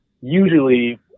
usually